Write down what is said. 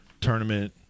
tournament